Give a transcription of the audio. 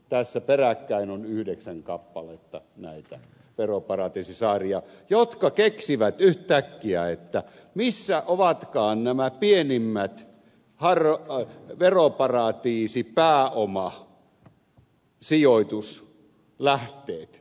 tässä peräkkäin on yhdeksän kappaletta näitä veroparatiisisaaria jotka keksivät yhtäkkiä missä ovatkaan nämä pienimmät veroparatiisipääomasijoituslähteet